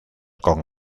con